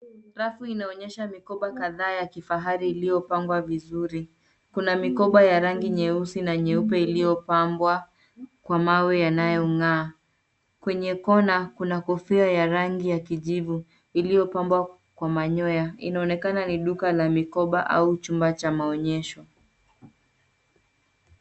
Rafu inaonyesha mikoba kadhaa ya kifahari iliyopangwa vizuri kuna mikoba ya rangi nyeusi na nyeupe iliyopambwa kwa mawe yanayonga'a. Kwenye kona kuna kofia ya rangi ya kijivu iliyopambwa kwa manyoa. Inaonekana ni duka la mikoba au chumba cha maonyesho.